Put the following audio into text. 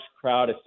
crowd